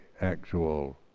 actual